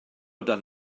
dan